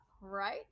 right